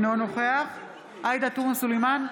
אינו נוכח עאידה תומא סלימאן,